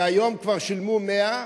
והיום כבר שילמו 100,